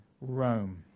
Rome